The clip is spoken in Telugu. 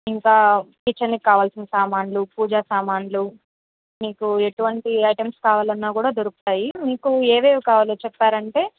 ఇంకా కిచెన్కి కావాల్సిన సామాన్లు పూజా సామాన్లు మీకు ఎటువంటి ఐటమ్స్ కావాలన్నా కూడా దొరుకుతాయి మీకు ఏవేవి కావాలో చెప్పారంటే